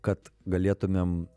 kad galėtumėm